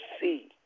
see